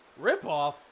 Ripoff